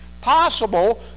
possible